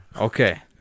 Okay